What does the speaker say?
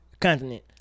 Continent